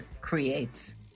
creates